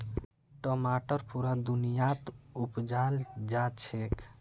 टमाटर पुरा दुनियात उपजाल जाछेक